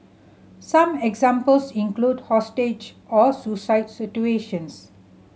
some examples include hostage or suicide situations